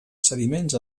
sediments